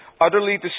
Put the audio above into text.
utterly